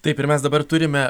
taip ir mes dabar turime